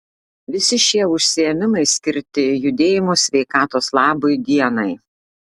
visi šie užsiėmimai skirti judėjimo sveikatos labui dienai